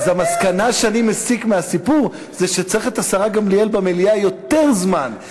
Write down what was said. אז המסקנה שאני מסיק מהסיפור זה שצריך את השרה גמליאל במליאה יותר זמן,